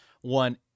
one